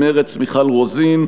מרצ: מיכל רוזין.